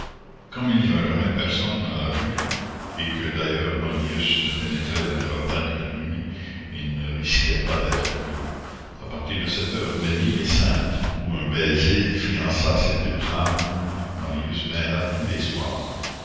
il n'y avait jamais personne dans la rue et que d'ailleurs marius ne pénétrait dans le jardin que la nuit il ne risquait pas d'être vu à partir de cette heure bénie et sainte où un baiser fiança ces deux âmes marius vint là tous les soirs